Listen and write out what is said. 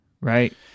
right